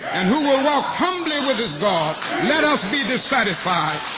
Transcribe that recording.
and who will walk humbly with his god. let us be dissatisfied